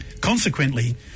Consequently